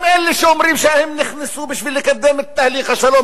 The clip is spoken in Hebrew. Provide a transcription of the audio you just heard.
גם אלה שאומרים שהם נכנסו בשביל לקדם את תהליך השלום,